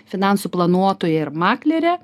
finansų planuotoja ir maklerė